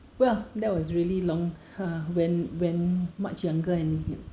well that was really long ha ah when when much younger and you